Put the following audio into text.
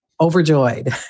overjoyed